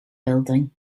building